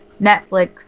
Netflix